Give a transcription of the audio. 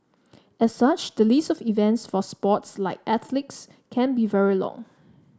as such the list of events for sports like athletics can be very long